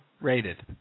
rated